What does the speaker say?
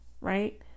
right